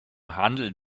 handle